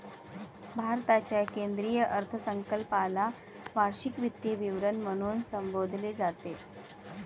भारताच्या केंद्रीय अर्थसंकल्पाला वार्षिक वित्तीय विवरण म्हणून संबोधले जाते